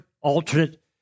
alternate